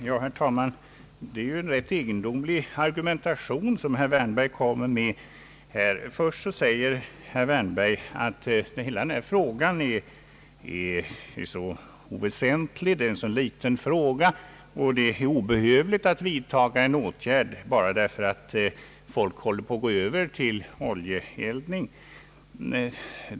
Herr talman! Det är en rätt egendomlig argumentation som herr Wärnberg kommer med. Först säger han att hela denna fråga är så oväsentlig och att det är obehövligt att vidta en åtgärd bara för att folk håller på att gå över till oljeeldning.